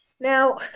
Now